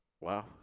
Wow